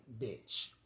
bitch